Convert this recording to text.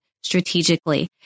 strategically